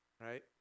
right